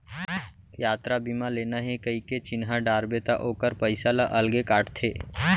यातरा बीमा लेना हे कइके चिन्हा डारबे त ओकर पइसा ल अलगे काटथे